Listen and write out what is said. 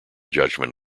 judgment